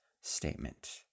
statement